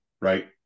right